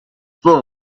floor